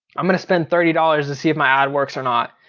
i'm gonna spend thirty dollars to see if my ad works or not.